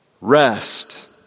rest